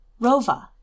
Rova